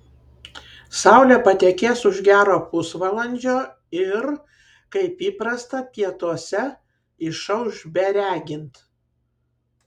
saulė patekės už gero pusvalandžio ir kaip įprasta pietuose išauš beregint